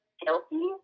healthy